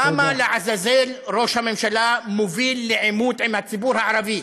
למה לעזאזל ראש הממשלה מוביל לעימות עם הציבור הערבי?